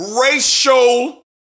Racial